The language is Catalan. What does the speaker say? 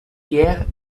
pierre